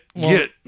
Get